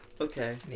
Okay